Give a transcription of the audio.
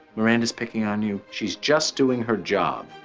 miranda's picking on you she's just doing her job.